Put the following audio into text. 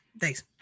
Thanks